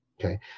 Okay